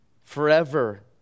Forever